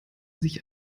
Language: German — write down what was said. sich